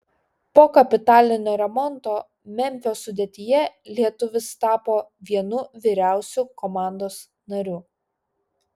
po kapitalinio remonto memfio sudėtyje lietuvis tapo vienu vyriausių komandos narių